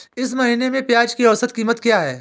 इस महीने में प्याज की औसत कीमत क्या है?